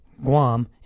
Guam